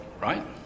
right